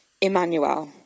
Emmanuel